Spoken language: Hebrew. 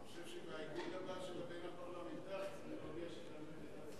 אני חושב שבכינוס הבא של האיגוד הבין-הפרלמנטרי צריך להודיע שגם במדינת